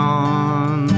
on